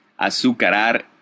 Azucarar